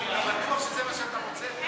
אתה בטוח שזה מה שאתה רוצה?